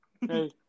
Hey